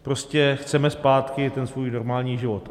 Prostě chceme zpátky svůj normální život.